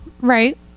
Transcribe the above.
right